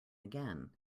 again